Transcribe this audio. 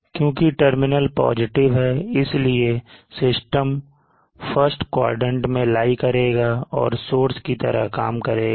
क्योंकि terminals positive हैं इसलिए सिस्टम फर्स्ट क्वाड्रेंट में लाइ करेगा और सोर्स की तरह काम करेगा